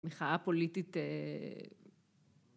המחאה הפוליטית.